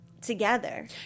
together